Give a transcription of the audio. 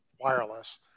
wireless